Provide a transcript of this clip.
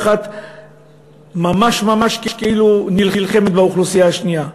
אחת ממש ממש כאילו נלחמת באוכלוסייה השנייה.